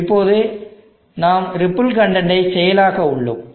இப்போது நாம் ripple content ஐ செயலாக்க உள்ளோம்